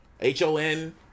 H-O-N